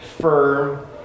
firm